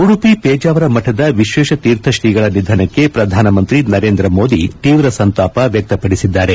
ಉಡುಪಿ ಪೇಜಾವರ ಮಠದ ವಿಶ್ವೇಶತೀರ್ಥ ಶ್ರೀಗಳ ನಿಧನಕ್ಕೆ ಪ್ರಧಾನಮಂತ್ರಿ ನರೇಂದ್ರ ಮೋದಿ ತೀವ್ರ ಸಂತಾಪ ವ್ಯಕ್ತಪಡಿಸಿದ್ದಾರೆ